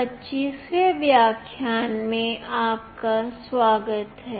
25 वें व्याख्यान में आपका स्वागत है